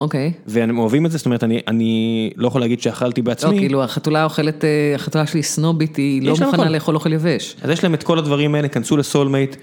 אוקיי. והם אוהבים את זה, זאת אומרת, אני לא יכול להגיד שאכלתי בעצמי. לא, כאילו החתולה אוכלת, החתולה שלי סנובית, היא לא מוכנה לאכול אוכל יבש. אז יש להם את כל הדברים האלה, כנסו לסול מייט.